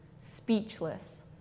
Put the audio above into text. speechless